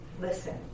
Listen